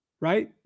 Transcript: Right